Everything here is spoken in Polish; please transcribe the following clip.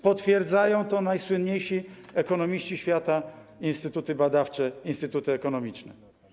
Potwierdzają to najsłynniejsi ekonomiści świata i instytuty badawcze, instytuty ekonomiczne.